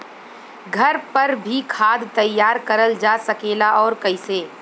घर पर भी खाद तैयार करल जा सकेला और कैसे?